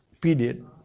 period